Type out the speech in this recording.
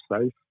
safe